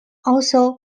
also